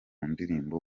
ndirimbo